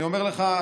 אני אומר לך,